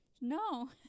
no